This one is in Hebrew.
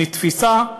נתפסה,